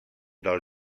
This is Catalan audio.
del